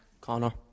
Connor